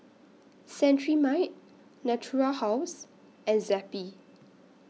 Cetrimide Natura House and Zappy